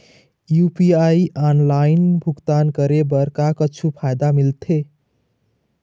UPI online भुगतान करे बर का कुछू फायदा मिलथे?